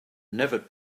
never